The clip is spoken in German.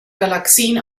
galaxien